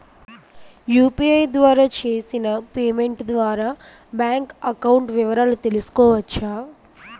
UPI ద్వారా చేసిన payment ద్వారా బ్యాంక్ అకౌంట్ వివరాలు తెలుసుకోవచ్చ?